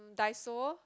uh Daiso